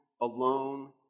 alone